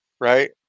right